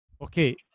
Okay